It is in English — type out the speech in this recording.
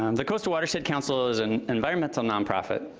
um the coastal watershed council is an environmental nonprofit.